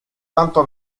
tanto